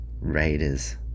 Raiders